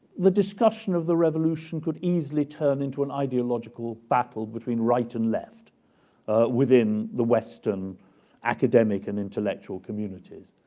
the discussion of the revolution could easily turn into an ideological battle between right and left within the western academic and intellectual communities.